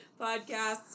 podcasts